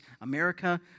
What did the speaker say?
America